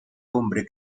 hombre